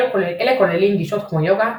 אלה כוללים גישות כמו יוגה,